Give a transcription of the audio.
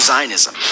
Zionism